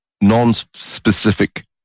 non-specific